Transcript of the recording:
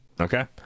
Okay